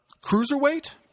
Cruiserweight